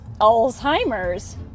Alzheimer's